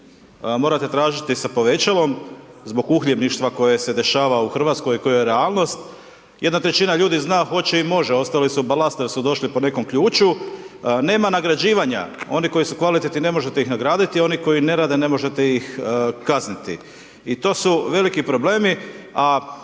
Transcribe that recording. morate tražiti sa povećalom, zbog uhljebništva koje se dešava u Hrvatskoj i koja je realnost, 1/3 ljudi zna, hoće i može, ostali su …/Govornik se ne razumije./… jer su došli po nekom ključu. Nema nagrađivanja, oni koji su kvalitetni, ne možete ih nagraditi, oni koji ne rade, ne možete ih kazniti i to su veliki probleme,